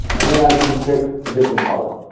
and then i can pick a different color.